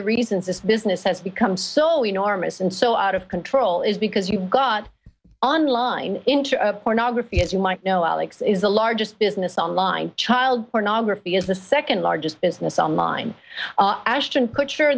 the reasons this business has become so enormous and so out of control is because you've got online into pornography as you might know alex is the largest business online child pornography is the second largest business on line ashton kutcher